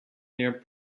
near